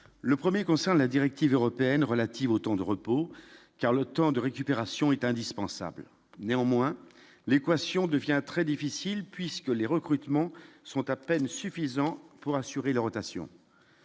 : le 1er concerne la directive européenne relative au temps de repos car le temps de récupération est indispensable néanmoins l'équation devient très difficile puisque les recrutements sont à peine suffisants pour assurer la rotation.